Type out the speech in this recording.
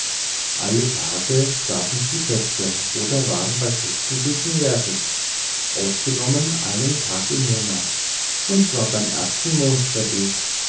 alle tage gaben sie feste oder waren bei festen gegenwärtig ausgenommen einen tag im monat und zwar beim ersten